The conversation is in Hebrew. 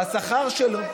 והשכר שלו,